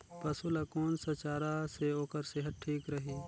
पशु ला कोन स चारा से ओकर सेहत ठीक रही?